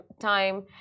time